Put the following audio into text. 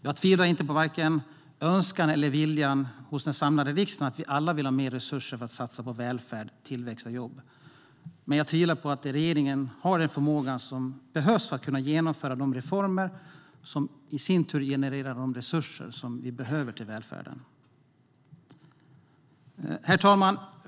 Jag tvivlar inte på vare sig önskan eller viljan hos den samlade riksdagen. Vi vill alla ha mer resurser för att satsa på välfärd, tillväxt och jobb. Men jag tvivlar på att regeringen har den förmåga som behövs för att kunna genomföra de reformer som i sin tur genererar de resurser som vi behöver till välfärden. Herr talman!